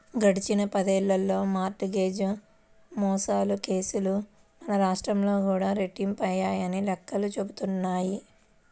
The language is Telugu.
గడిచిన పదేళ్ళలో మార్ట్ గేజ్ మోసాల కేసులు మన రాష్ట్రంలో కూడా రెట్టింపయ్యాయని లెక్కలు చెబుతున్నాయి